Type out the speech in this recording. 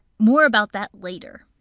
more about that later.